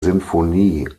sinfonie